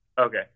okay